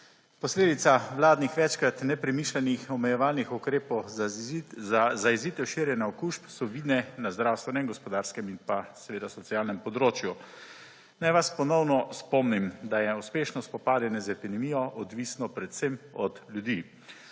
Posledica vladnih večkrat nepremišljenih omejevalnih ukrepov za zajezitev širjenja okužb so vidne na zdravstvenem, gospodarskem in socialnem področju. Naj vas ponovno spomnim, da je uspešno spopadanje z epidemijo odvisno predvsem od ljudi.